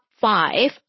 five